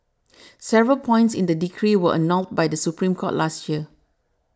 several points in the decree were annulled by the Supreme Court last year